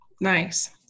Nice